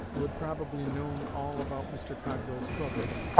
who had probably known all about mr. cogdal's troubles,